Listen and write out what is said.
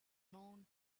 known